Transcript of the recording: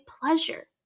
pleasure